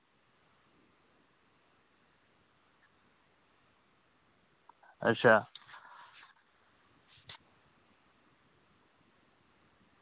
अच्छा